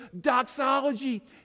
doxology